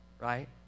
right